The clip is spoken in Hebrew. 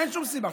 אין שום סיבה.